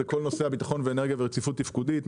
נושא הביטחון באנרגיה ורציפות תפקודית.